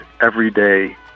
everyday